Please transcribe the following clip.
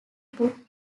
put